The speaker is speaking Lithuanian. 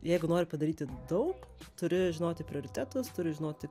jeigu nori padaryti daug turi žinoti prioritetus turi žinoti